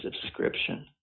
subscription